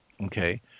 okay